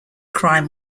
crime